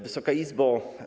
Wysoka Izbo!